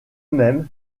même